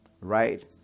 right